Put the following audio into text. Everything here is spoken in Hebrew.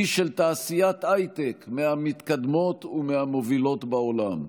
עיר של תעשיית הייטק מהמתקדמות ומהמובילות בעולם.